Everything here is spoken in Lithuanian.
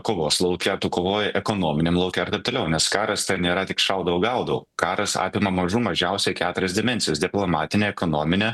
kovos lauke kovoji ekonominiam lauke ir taip toliau nes karas nėra tik šaudau gaudau karas apima mažų mažiausiai keturias dimensijas diplomatinę ekonominę